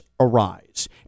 arise